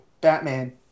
Batman